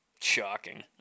shocking